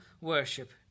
worship